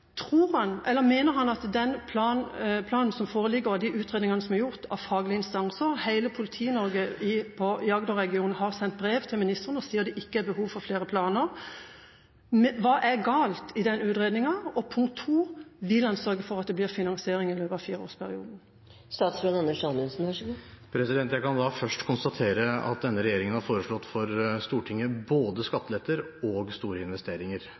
Mener han at den planen som foreligger og de utredningene som er gjort av faglige instanser, er gale? Og hva er galt? Politi-Norge i Agder-regionen har sendt brev til ministeren og sier at det ikke er behov for flere planer. Punkt 2: Vil han sørge for at det blir finansiering i løpet av fireårsperioden? Jeg kan da først konstatere at denne regjeringen har foreslått for Stortinget både skatteletter og store investeringer.